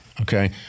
Okay